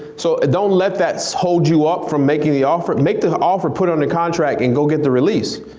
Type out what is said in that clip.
so don't let that so hold you up from making the offer, make the offer, put it on a contract, and go get the release.